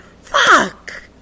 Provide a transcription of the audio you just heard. Fuck